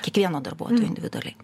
kiekvieno darbuotojo individualiai